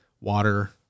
water